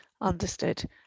understood